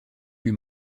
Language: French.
plus